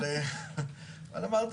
זו נקודה